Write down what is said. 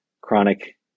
chronic